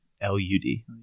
L-U-D